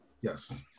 Yes